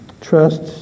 trust